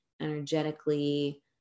energetically